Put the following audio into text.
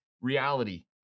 reality